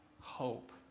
hope